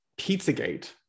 Pizzagate